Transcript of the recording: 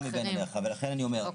ולכן אני אומר,